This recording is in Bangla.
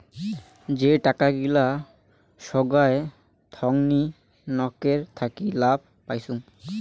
যে টাকা গিলা সোগায় থোঙনি নকের থাকি লাভ পাইচুঙ